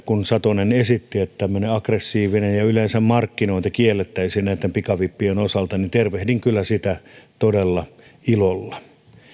kun satonen esitti että aggressiivinen ja yleensä markkinointi kiellettäisiin näiden pikavippien osalta niin tervehdin kyllä sitä todella ilolla